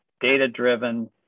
data-driven